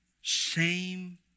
Shame